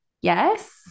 Yes